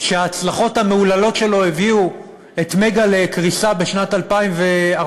שההצלחות המהוללות שלו הביאו את "מגה" לקריסה בשנת 2014,